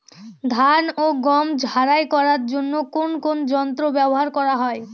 ধান ও গম ঝারাই করার জন্য কোন কোন যন্ত্র ব্যাবহার করা হয়?